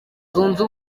zunze